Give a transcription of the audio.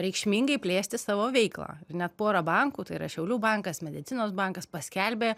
reikšmingai plėsti savo veiklą ar ne porą bankų tai yra šiaulių bankas medicinos bankas paskelbė